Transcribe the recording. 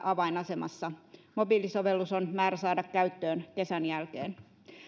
avainasemassa mobiilisovellus on määrä saada käyttöön kesän jälkeen